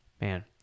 Man